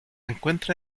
encuentra